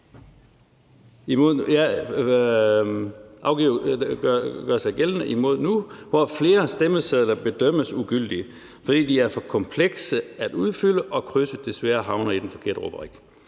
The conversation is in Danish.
gør sig gældende nu, at flere stemmesedler bedømmes ugyldige, fordi de er for komplekse at udfylde og krydset desværre havner i den forkerte rubrik.